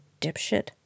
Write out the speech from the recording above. dipshit